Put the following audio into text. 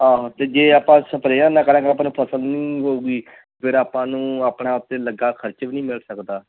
ਆਹ ਅਤੇ ਜੇ ਆਪਾਂ ਸਪਰੇਹਾਂ ਨਾ ਕਰਾਂਗੇ ਆਪਾਂ ਨੂੰ ਫਸਲ ਨਹੀਂ ਹੋਵੇਗੀ ਫਿਰ ਆਪਾਂ ਨੂੰ ਆਪਣੇ ਆਪ 'ਤੇ ਲੱਗਾ ਖਰਚ ਨਹੀਂ ਮਿਲ ਸਕਦਾ